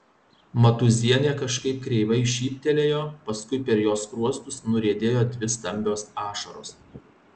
matūzienė kažkaip kreivai šyptelėjo paskui per jos skruostus nuriedėjo dvi stambios ašaros